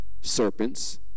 serpents